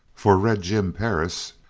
for red jim perris,